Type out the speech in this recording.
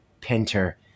Pinter